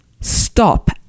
stop